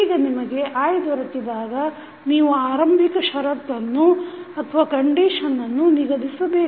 ಈಗ ನಿಮಗೆ i ದೊರಕಿದಾಗ ನೀವು ಆರಂಭಿಕ ಷರತ್ತನ್ನು ನಿಗದಿಸಬೇಕು